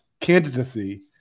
candidacy